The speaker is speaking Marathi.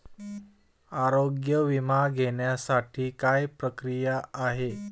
आरोग्य विमा घेण्यासाठी काय प्रक्रिया आहे?